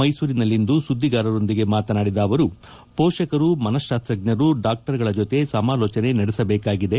ಮೈಸೂರಿನಲ್ಲಿಂದು ಸುದ್ದಿಗಾರರೊಂದಿಗೆ ಮಾತನಾದಿದ ಅವರು ಪೋಷಕರು ಮನಶಾಸ್ತ್ರಜ್ಞರು ಡಾಕ್ಟರ್ಗಳ ಜೊತೆ ಸಮಾಲೋಚನೆ ನಡೆಸಬೇಕಾಗಿದೆ